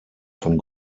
von